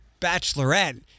bachelorette